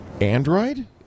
Android